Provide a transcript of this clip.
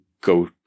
go